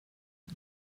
dia